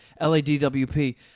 LADWP